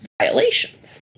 violations